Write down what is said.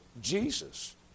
Jesus